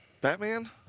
Batman